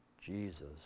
Jesus